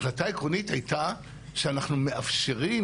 החלטה עקרונית הייתה שאנחנו מאפשרים